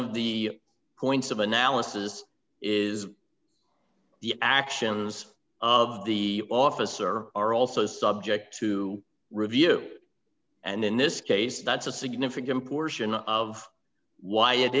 of the points of analysis is the actions of the officer are also subject to review and in this case that's a significant portion of why it